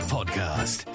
Podcast